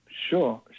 Sure